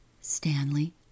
Stanley